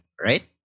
right